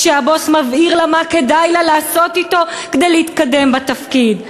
כשהבוס מבהיר לה מה כדאי לה לעשות אתו כדי להתקדם בתפקיד,